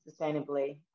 sustainably